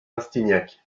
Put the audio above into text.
rastignac